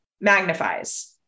magnifies